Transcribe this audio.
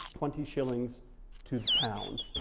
twenty shillings to the pound.